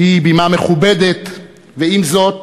שהיא בימה מכובדת, ועם זאת